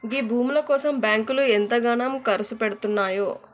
గీ భూముల కోసం బాంకులు ఎంతగనం కర్సుపెడ్తున్నయో